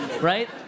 right